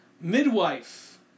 midwife